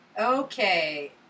Okay